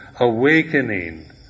awakening